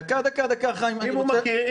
אם הוא מכיר,